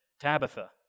Tabitha